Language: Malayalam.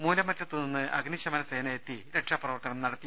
മൂലമറ്റത്ത് നിന്ന് അഗ്നിശമനസേന എത്തി രക്ഷാപ്രവർത്തനം നടത്തി